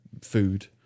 food